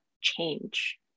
change